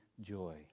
joy